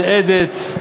מהדהדת.